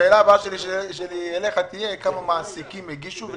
האני, אל תסבך את עצמך במספרים עכשיו.